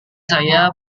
saya